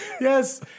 Yes